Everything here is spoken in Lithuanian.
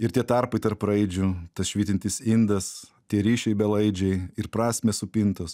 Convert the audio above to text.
ir tie tarpai tarp raidžių tas švytintis indas tie ryšiai belaidžiai ir prasmės supintos